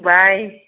bye